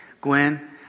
Gwen